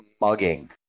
mugging